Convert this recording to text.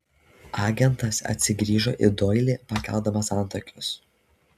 agentas atsigrįžo į doilį pakeldamas antakius